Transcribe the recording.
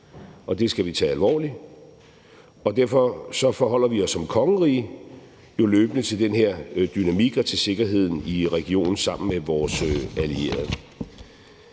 og det skal vi tage alvorligt. Derfor forholder vi os som kongerige jo løbende til den her dynamik og til sikkerheden i regionen sammen med vores allierede.